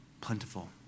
plentiful